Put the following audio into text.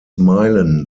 meilen